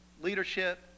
leadership